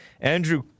Andrew